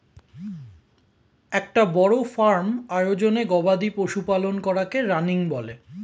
একটা বড় ফার্ম আয়োজনে গবাদি পশু পালন করাকে রানিং বলে